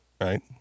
right